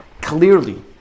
clearly